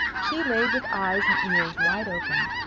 she laid with eyes and ears wide open.